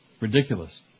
Ridiculous